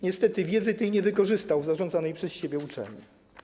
Niestety wiedzy tej nie wykorzystał w zarządzanej przez siebie uczelni.